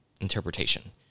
interpretation